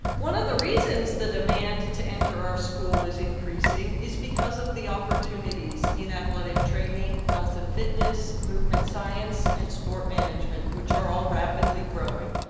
one of the reasons the demand to enter our school is increasing is because of the opportunities in athletic training, health and fitness, movement science, and sport management, which are all rapidly growing.